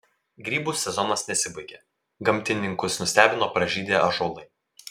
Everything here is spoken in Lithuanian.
grybų sezonas nesibaigia gamtininkus nustebino pražydę ąžuolai